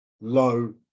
low